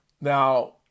Now